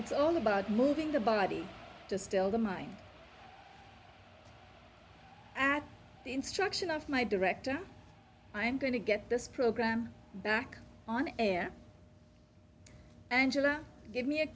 it's all about moving the body to still the mind at the instruction of my director i'm going to get this programme back on air angela give me a